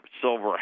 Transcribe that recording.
silver